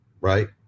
right